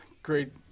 Great